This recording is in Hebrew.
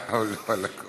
עכשיו ידבר,